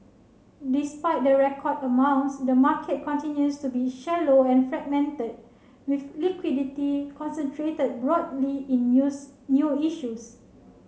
despite the record amounts the market continues to be shallow and fragmented with liquidity concentrated broadly in news new issues